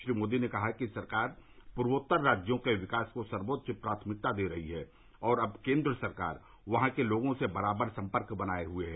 श्री मोदी ने कहा कि सरकार पूर्वोत्तर राज्यों के विकास को सर्वोच्च प्राथमिकता दे रही है और अब केन्द्र सरकार वहां के लोगों से बराबर संपर्क बनाये हुए है